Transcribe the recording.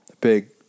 big